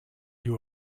you